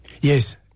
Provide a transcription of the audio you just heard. Yes